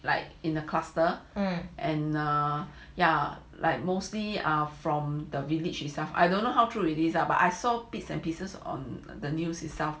like in the cluster and err yeah like mostly are from the village itself I don't know how to released lah but I saw bits and pieces on the news itself